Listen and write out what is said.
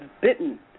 bitten